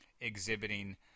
exhibiting